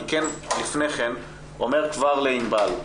אני כן לפני כן אומר כבר לענבל,